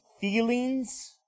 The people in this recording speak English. feelings